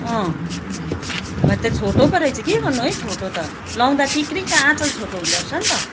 अँ भरे त छोटो पो रहेछ के गर्नु है छोटो त लगाउँदा टिक्रिक्क आँचल छोटो हुँडो रहेछ नि